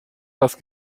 das